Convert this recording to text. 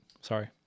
Sorry